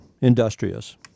industrious